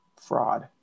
fraud